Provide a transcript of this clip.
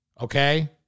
okay